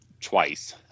twice